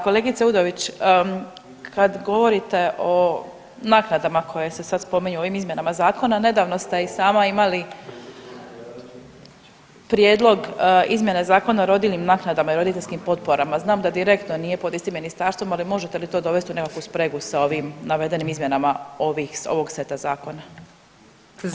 Kolegice Udović, kad govorite o naknadama koje se sad spominju u ovim izmjenama zakona nedavno ste i sama imali prijedlog izmjena Zakona o rodiljnim naknadama i roditeljskim potporama, znam da direktno nije pod istim ministarstvom, ali možete li to dovesti u nekakvu spregu sa ovim navedenim izmjenama ovog seta zakona?